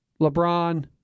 LeBron